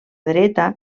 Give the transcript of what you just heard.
dreta